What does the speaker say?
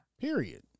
period